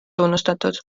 tunnustatud